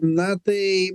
na tai